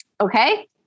okay